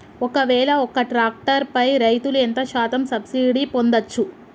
ఒక్కవేల ఒక్క ట్రాక్టర్ పై రైతులు ఎంత శాతం సబ్సిడీ పొందచ్చు?